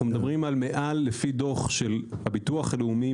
פי דוח של המשרד לביטוח לאומי,